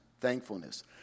thankfulness